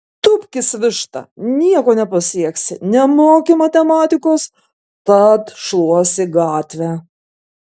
tūpkis višta nieko nepasieksi nemoki matematikos tad šluosi gatvę